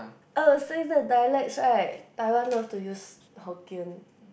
oh since the dialects right Taiwan love to use Hokkien